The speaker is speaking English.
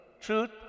truth